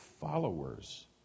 followers